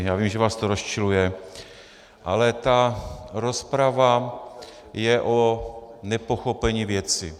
Já vím, že vás to rozčiluje, ale ta rozprava je o nepochopení věci.